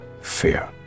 fear